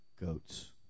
Goats